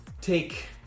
take